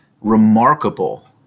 remarkable